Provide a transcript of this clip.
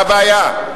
מה הבעיה?